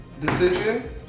decision